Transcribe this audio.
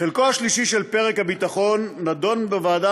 חלקו השלישי של פרק הביטחון נדון בוועדה